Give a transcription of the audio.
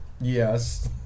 Yes